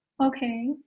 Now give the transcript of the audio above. Okay